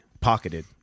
Pocketed